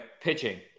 pitching